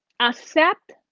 accept